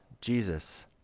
Jesus